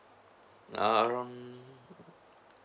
err around